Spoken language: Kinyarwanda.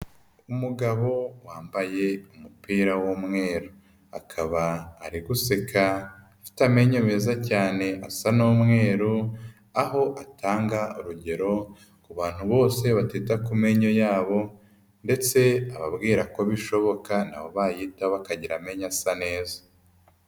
Umugabo wambaye umupira w'umweru, akaba ari guseka afite amenyo meza cyane asa n'umweru, aho atanga urugero ku bantu bose batita ku menyo yabo ndetse ababwira ko bishoboka na bo bayitaho bakagira amenyo asa neza.